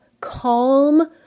calm